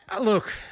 Look